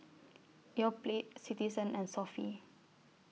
Yoplait Citizen and Sofy